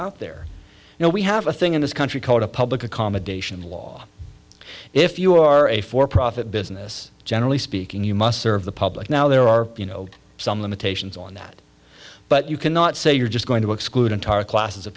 out there you know we have a thing in this country called a public accommodation law if you are a for profit business generally speaking you must serve the public now there are you know some limitations on that but you cannot say you're just going to exclude entire classes of